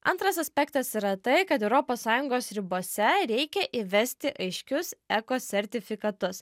antras aspektas yra tai kad europos sąjungos ribose reikia įvesti aiškius eko sertifikatus